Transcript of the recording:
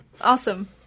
Awesome